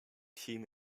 team